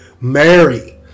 Mary